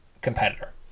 competitor